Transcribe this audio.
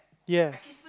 yes